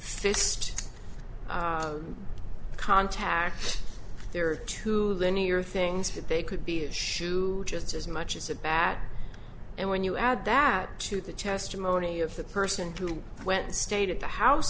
fist contact there are two linear things but they could be a shoe just as much as a bat and when you add that to the testimony of the person who went and stayed at the house